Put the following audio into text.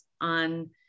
on